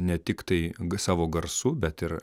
ne tiktai savo garsu bet ir